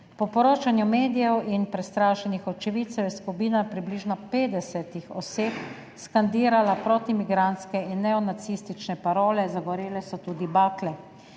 Po poročanju medijev in prestrašenih očividcev je skupina približno 50 oseb skandirala protimigrantske in neonacistične parole, zagorele so tudi bakle.